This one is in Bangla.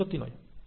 ঘটনাটি সত্যি নয়